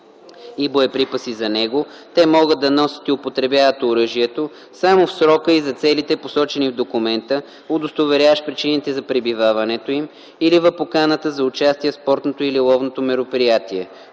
и боеприпаси за него, те могат да носят и употребяват оръжието само в срока и за целите, посочени в документа, удостоверяващ причините за пребиваването им, или в поканата за участие в спортното или ловното мероприятие.